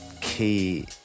key